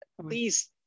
please